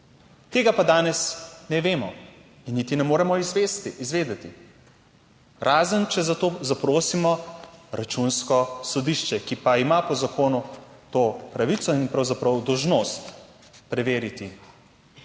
Tega pa danes ne vemo in niti ne moremo izvedeti, razen če za to zaprosimo Računsko sodišče, ki pa ima po zakonu to pravico in pravzaprav dolžnost preveriti stanje.